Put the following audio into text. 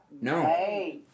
no